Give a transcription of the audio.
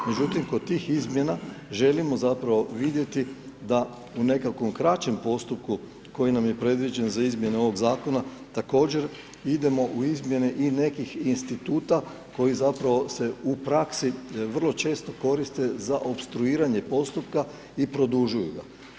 Međutim, kod tih izmjena želimo zapravo vidjeti da u nekakvom krećem postupku koji nam je predviđen za izmijene ovog zakona, također idemo u izmjena i nekih instituta, koji zapravo se u praksi, vrlo često koriste za opstruiranje postupka i produžuju ga.